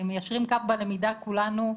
מיישרים קו בלמידה כולנו,